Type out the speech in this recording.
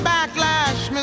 Backlash